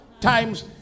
times